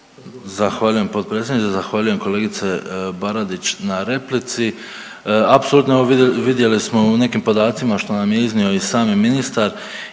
Zahvaljujem potpredsjedniče. Zahvaljujem kolegice Baradić na replici. Apsolutno evo vidjeli u nekim podacima što nam je iznio i sami ministar